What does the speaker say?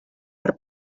per